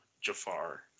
Jafar